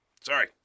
Sorry